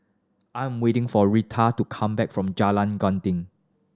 I'm waiting for Retta to come back from Jalan Gendang